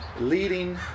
leading